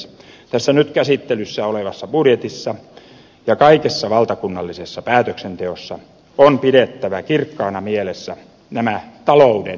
tässä nyt käsittelyssä olevassa budjetissa ja kaikessa valtakunnallisessa päätöksenteossa on pidettävä kirkkaana mielessä nämä talouden isot linjat